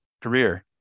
career